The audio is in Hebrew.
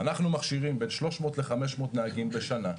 אנחנו מכשירים בין 300 ל-500 נהגים בשנה,